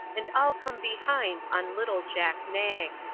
and i'll come behind, on little jack nag.